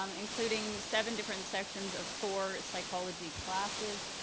um including seven different sections of four psychology classes.